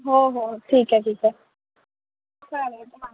हो हो ठीक आहे ठीक आहे चालेल हां